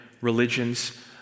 religions